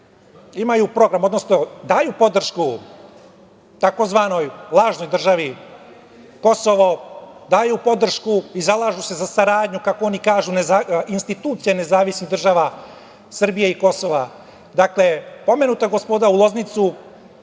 imaju program, odnosno daju podršku tzv. lažnoj državi Kosovo, daju podršku i zalažu se za saradnju, kako oni kažu, institucija nezavisnih država Srbije i Kosova. Dakle, pomenuta gospoda u Loznicu